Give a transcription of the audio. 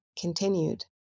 continued